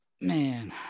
Man